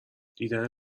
دیدن